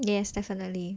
yes definitely